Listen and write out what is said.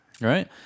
Right